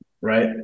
right